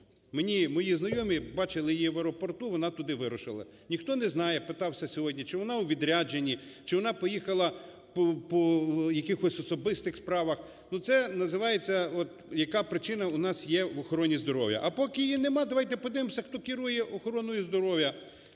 мої знайомі бачили її в аеропорту, вона туди вирушила. Ніхто не знає, питався сьогодні, чи вона у відрядженні, чи вона поїхала по якихось особистих справах. Це називається, яка причина у нас є в охороні здоров'я. А поки її нема, давайте подивимося, хто керує охороною здоров'я.